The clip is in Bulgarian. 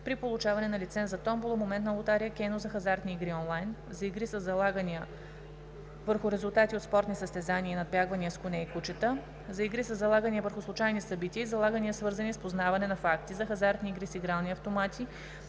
при получаване на лиценз за томбола, моментна лотария, кено, за хазартни игри онлайн, за игри със залагания върху резултати от спортни състезания и надбягвания с коне и кучета, за игри със залагания върху случайни събития и залагания, свързани с познаване на факти, за хазартни игри с игрални автомати